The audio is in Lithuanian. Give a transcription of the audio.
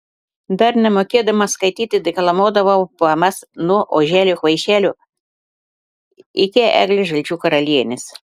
dar nemokėdama skaityti deklamuodavau poemas nuo oželio kvaišelio iki eglės žalčių karalienės